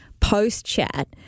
post-chat